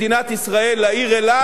לשער הדרומי של מדינת ישראל, לעיר אילת.